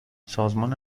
سازمان